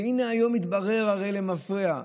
והינה, היום מתברר הרי, למפרע: